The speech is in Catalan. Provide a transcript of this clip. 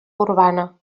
urbana